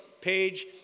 page